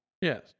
Yes